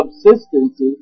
subsistence